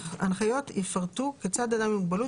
ההנחיות יפרטו כיצד אדם עם מוגבלות